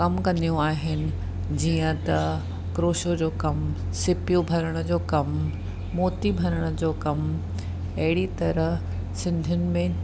कम कंदियूं आहिनि जीअं त क्रोशो जो कमु सीपियूं भरण जो कमु मोती भरण जो कमु अहिड़ी तरह सिंधियुनि में